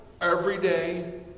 everyday